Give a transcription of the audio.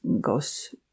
goes